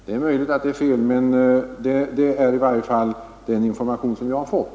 Det är möjligt att detta är fel, men det är i varje fall den information som jag har fått.